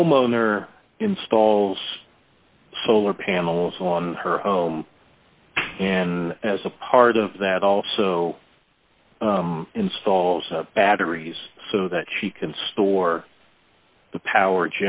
homeowner installs solar panels on her home and as a part of that also install batteries so that she can store the power